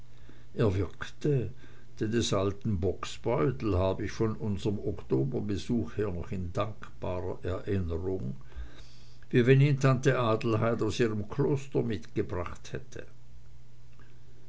alten bocksbeutel hab ich von unserem oktoberbesuch her noch in dankbarer erinnerung wie wenn ihn tante adelheid aus ihrem kloster mitgebracht hätte